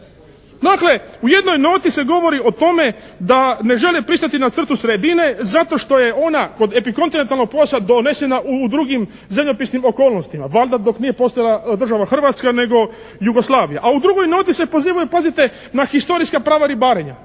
Dakle u jednoj noti se govori o tome da ne žele pristati na crtu sredine zato što je ona kod epikontinentalnog pojasa donesena u drugim zemljopisnim okolnostima. Valjda dok nije postojala država Hrvatska nego Jugoslavija. A u drugoj noti se pozivaju pazite na historijska prava ribarenja.